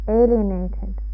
alienated